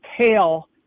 tail